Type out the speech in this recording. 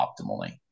optimally